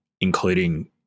including